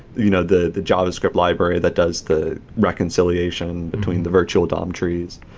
you know the the javascript library that does the reconciliation between the virtual dom trees?